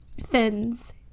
thins